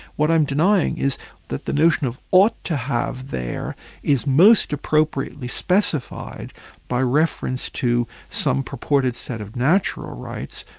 what i'm denying is that the notion of ought to have there is most appropriately specified by reference to some purported set of natural rights,